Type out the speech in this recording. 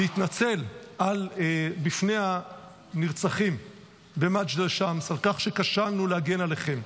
להתנצל בפני הנרצחים במג'דל שמס על כך שכשלנו להגן עליכם,